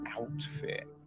Outfit